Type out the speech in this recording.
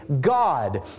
God